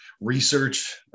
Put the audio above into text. research